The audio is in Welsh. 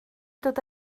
dod